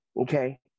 okay